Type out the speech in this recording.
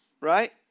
right